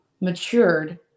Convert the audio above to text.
matured